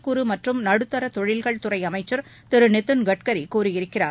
குறு மற்றும் நடுத்த தொழில்கள்துறை அமைச்சர் திரு நிதின் கட்கரி கூறியிருக்கிறார்